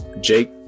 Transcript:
Jake